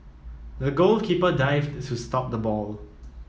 the goalkeeper dived to stop the ball